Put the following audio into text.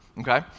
okay